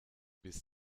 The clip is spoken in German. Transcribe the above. bis